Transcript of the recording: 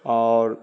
اور